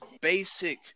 basic